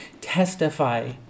testify